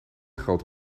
groot